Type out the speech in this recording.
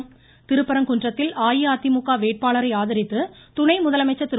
தமிழக பிரச்சாரம் திருப்பரங்குன்றத்தில் அஇஅதிமுக வேட்பாளரை ஆதரித்து துணை முதலமைச்சர் திரு